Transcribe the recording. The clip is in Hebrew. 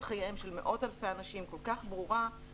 חייהם של מאות אלפי אנשים כל כך ברורה,